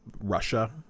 Russia